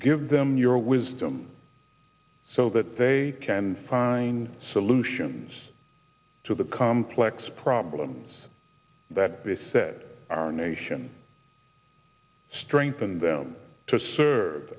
give them your wisdom so that they can find solutions to the complex problems that beset our nation strengthen them to serve